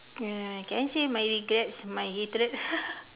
uh can you see my regrets my hatred